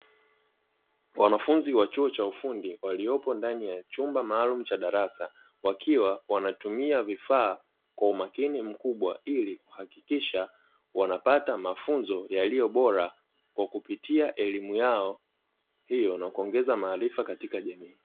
Wanafunzi wa chuo cha ufundi, waliopo ndani ya chumba maalumu cha darasa, wakiwa wanatumia vifaa kwa umakini mkubwa ili kuhakikisha wanapata mafunzo yaliyo bora, kupitia elimu yao hiyo na kuongeza maarifa katika jamii.